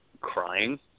crying